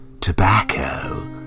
Tobacco